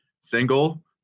Single